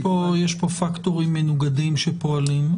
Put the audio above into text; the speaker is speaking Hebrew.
יש כאן פקטורים מנוגדים שפועלים.